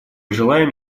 желаем